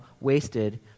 wasted